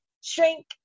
shrink